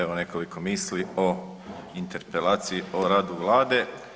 Evo nekoliko misli o interpelaciji o radu Vlade.